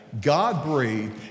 God-breathed